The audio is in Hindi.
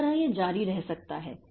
इस तरह यह जारी रह सकता है